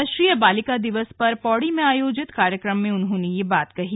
राष्ट्रीय बालिका दिवस पर पौड़ी में आयोजित कार्यक्रम में उन्होंने यह बात कही